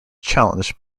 challenged